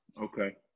Okay